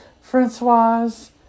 Francoise